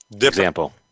example